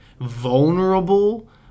vulnerable